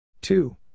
Two